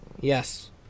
Yes